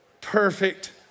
perfect